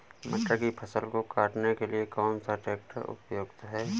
मटर की फसल को काटने के लिए कौन सा ट्रैक्टर उपयुक्त है?